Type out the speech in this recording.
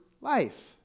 life